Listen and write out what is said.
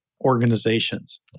organizations